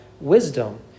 wisdom